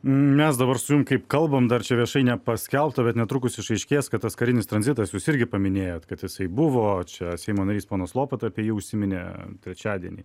mes dabar sunkiai kalbam dar čia viešai nepaskelbta bet netrukus išaiškės kad tas karinis tranzitas jūs irgi paminėjot kad jisai buvo čia seimo narys ponas lopata apie jį užsiminė trečiadienį